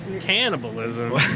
Cannibalism